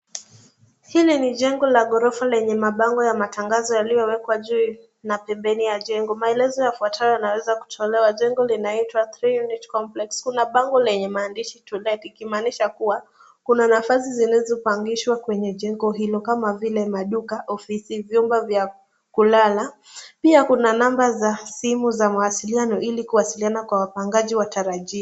Hili ni jengo la ghorofa lenye mabango ya matangazo yaliyowekwa juu na pembeni ya jengo. Maelezo yafuatayo yanaweza kutolewa, jengo linaitwa three unit complex , kuna bango lenye maandishi TO LET ikimaanisha kuwa kuna nafasi zilizopangishwa kwenye jengo hilo kama vile maduka, ofisi, vyumba vya kulala. Pia kuna namba za simu za mawasiliano ili kuwasiliana kwa wapangaji watarajiwa.